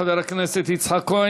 לסגן שר האוצר חבר הכנסת יצחק כהן.